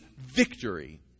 victory